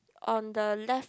on the left